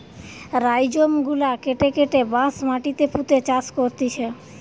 rhizome গুলা কেটে কেটে বাঁশ মাটিতে পুঁতে চাষ করতিছে